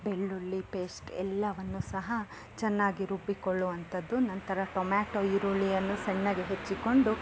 ಬೆಳ್ಳುಳ್ಳಿ ಪೇಸ್ಟ್ ಎಲ್ಲವನ್ನು ಸಹ ಚೆನ್ನಾಗಿ ರುಬ್ಬಿಕೊಳ್ಳುವಂಥದ್ದು ನಂತರ ಟೊಮ್ಯಾಟೊ ಈರುಳ್ಳಿ ಅನ್ನು ಸಣ್ಣಗೆ ಹೆಚ್ಚಿಕೊಂಡು